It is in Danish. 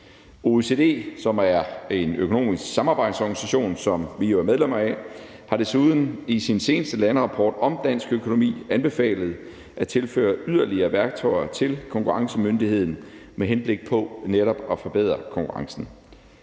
OECD, som er en økonomisk samarbejdsorganisation, som vi jo er medlem af, har desuden i sin seneste landerapport om dansk økonomi anbefalet at tilføre yderligere værktøjer til konkurrencemyndigheden med henblik på netop at forbedre konkurrencen.